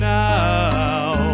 now